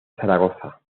zaragoza